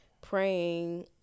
praying